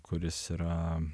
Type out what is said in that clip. kuris yra